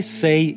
say